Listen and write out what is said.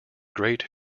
great